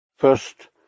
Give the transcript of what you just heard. First